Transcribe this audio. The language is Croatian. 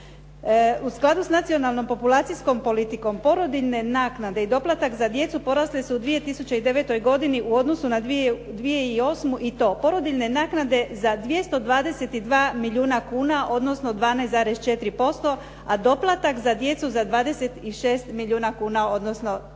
U skladu s nacionalnom populacijskom politikom, porodiljne naknade i doplatak za djecu porasle su u 2009. godini u odnosu na 2008. i to porodiljne naknade za 222 milijuna kuna, odnosno 12,4%, a doplatak za djecu za 26 milijuna kuna, odnosno 1,4%.